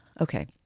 Okay